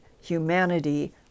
humanity